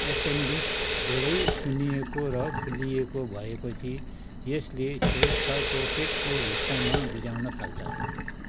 appendix धेरै सुन्निएको र फुल्लिएको भएपछि यसले छेउछाउको पेटको भित्तामा बिझाउन थाल्छ